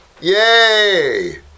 Yay